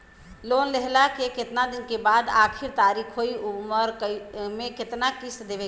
Loan लेहला के कितना दिन के बाद आखिर तारीख होई अउर एमे कितना किस्त देवे के होई?